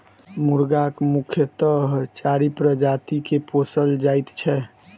मुर्गाक मुख्यतः चारि प्रजाति के पोसल जाइत छै